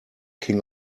king